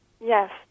Yes